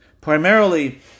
primarily